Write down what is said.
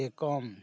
ᱰᱮᱠᱚᱢ